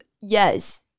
Yes